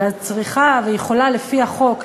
אלא צריכה ויכולה לפי החוק,